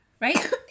right